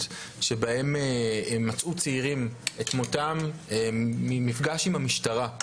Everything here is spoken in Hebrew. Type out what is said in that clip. שבהם מצאו צעירים את מותם ממפגש עם המשטרה,